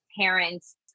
parents